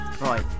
Right